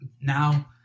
Now